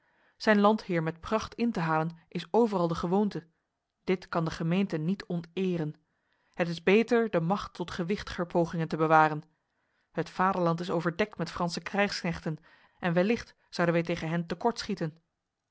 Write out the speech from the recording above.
zijn landheer met pracht in te halen is overal de gewoonte dit kan de gemeente niet onteren het is beter de macht tot gewichtiger pogingen te bewaren het vaderland is overdekt met franse krijgsknechten en wellicht zouden wij tegen hen